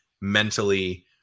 mentally